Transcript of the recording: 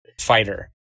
fighter